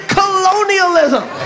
colonialism